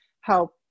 help